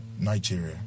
Nigeria